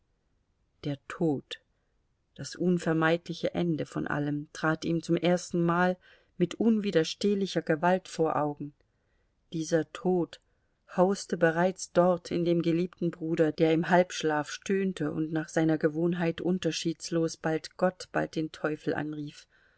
der tod das unvermeidliche ende von allem trat ihm zum erstenmal mit unwiderstehlicher gewalt vor augen dieser tod hauste bereits dort in dem geliebten bruder der im halbschlaf stöhnte und nach seiner gewohnheit unterschiedslos bald gott bald den teufel anrief